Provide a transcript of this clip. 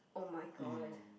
oh-my-god